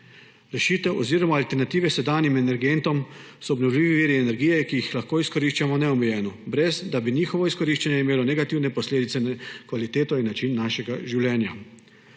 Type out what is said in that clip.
Rešitev oziroma alternative sedanjim energentom so obnovljivi viri energije, ki jih lahko izkoriščamo neomejeno, na da bi njihovo izkoriščanje imelo negativne posledice na kvaliteto in način našega življenja.